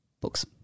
books